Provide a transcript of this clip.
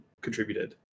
contributed